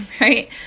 right